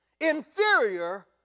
Inferior